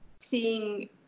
seeing